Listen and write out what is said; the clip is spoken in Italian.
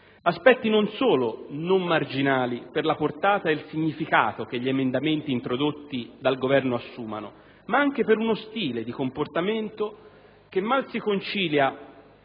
aspetti non marginali, non solo per la portata e il significato che gli emendamenti introdotti dal Governo assumono, ma anche per uno stile di comportamento che mal si concilia